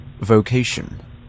vocation